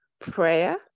prayer